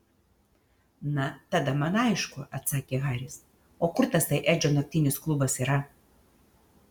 na tada man aišku atsakė haris o kur tasai edžio naktinis klubas yra